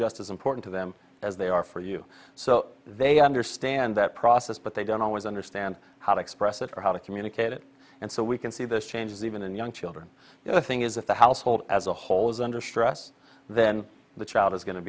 just as important to them as they are for you so they understand that process but they don't always understand how to express it or how to communicate it and so we can see this changes even in young children you know the thing is if the household as a whole is under stress then the child is going to